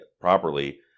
properly